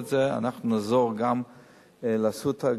ואנחנו נעזור גם ל"אסותא",